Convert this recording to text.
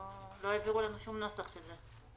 לא העבירו לנו שום נוסח של זה.